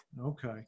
Okay